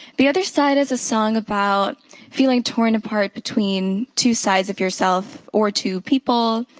the other side is a song about feeling torn apart between two sides of yourself or two people,